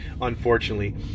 unfortunately